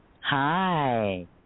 Hi